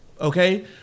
Okay